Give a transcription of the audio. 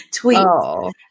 tweets